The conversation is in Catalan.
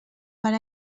per